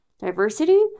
diversity